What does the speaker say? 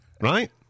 right